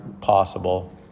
possible